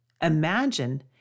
imagine